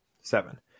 Seven